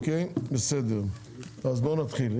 בסדר, אז בואו נתחיל.